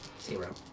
zero